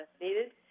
needed